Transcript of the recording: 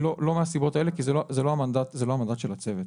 לא מהסיבות האלה, כי זה לא המנדט של הצוות.